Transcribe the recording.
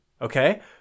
Okay